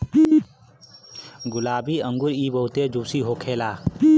गुलाबी अंगूर इ बहुते जूसी होखेला